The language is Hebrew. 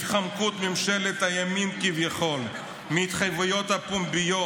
התחמקות ממשלת הימין-כביכול מההתחייבויות הפומביות,